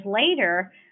later